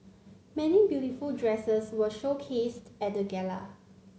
many beautiful dresses were showcased at the gala